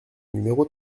numéro